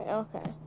okay